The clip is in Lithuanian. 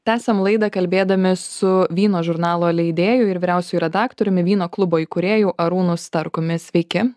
tęsiam laidą kalbėdami su vyno žurnalo leidėju ir vyriausiuoju redaktoriumi vyno klubo įkūrėju arūnu starkumi sveiki